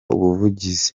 ubuvugizi